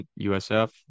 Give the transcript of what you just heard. USF